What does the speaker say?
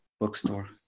bookstore